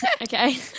okay